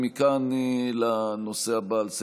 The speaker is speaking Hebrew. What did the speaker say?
מי מבקש להצטרף להצבעה?